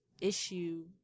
issue